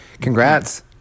Congrats